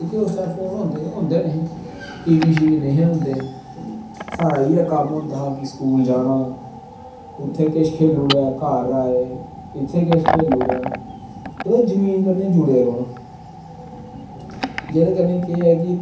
कि के उस टैम फोन होंदे गै नेंई हे टी बी नेंई हे होंदे साढ़ाइयैं कम्म होंदा हा कि स्कूल जाना उत्थें कुश खेली ओड़ेआ घर आए इत्थें किश खेली ओड़आ ते जमान कन्नै जुड़े दे रौह्ना जेह्दे कन्नै केह् ऐ कि